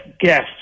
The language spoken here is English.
guess